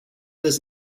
does